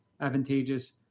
advantageous